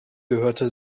gehörte